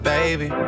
Baby